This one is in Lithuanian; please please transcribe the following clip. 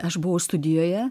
aš buvau studijoje